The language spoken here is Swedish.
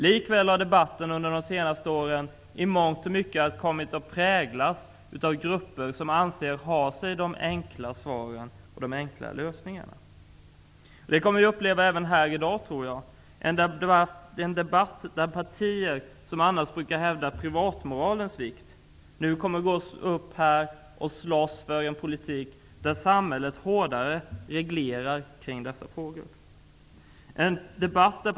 Likväl har debatten under de senaste åren i mångt och mycket kommit att präglas av grupper som anser sig ha de enkla svaren och lösningarna. Det kommer vi att få uppleva även här i dag, tror jag. I debatten kommer partier som annars brukar hävda privatmoralens vikt gå upp och slåss för en politik som låter samhället reglera dessa frågor hårdare.